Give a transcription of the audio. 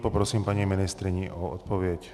Poprosím paní ministryni o odpověď.